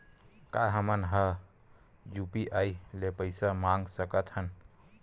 का हमन ह यू.पी.आई ले पईसा मंगा सकत हन?